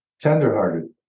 tenderhearted